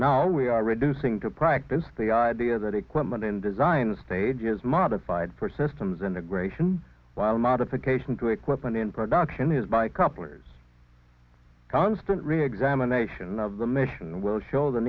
now we are reducing to practice the idea that equipment in design stage is modified for systems integration while modification to equipment in production is by couplers constant reexamination of the mission will show the